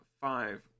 five